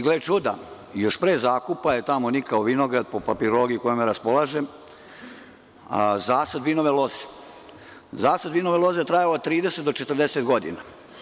Gle čuda, još pre zakupa je tamo nikao vinograd, po papirologiji kojom raspolažem, a zasad vinove loze je trajao od 30 do 40 godina.